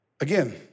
Again